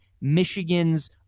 Michigan's